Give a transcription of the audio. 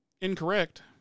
incorrect